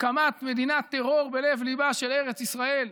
הקמת מדינת טרור בלב-ליבה של ארץ ישראל.